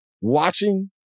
watching